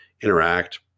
interact